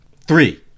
Three